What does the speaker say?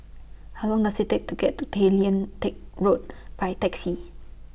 How Long Does IT Take to get to Tay Lian Teck Road By Taxi